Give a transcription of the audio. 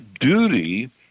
duty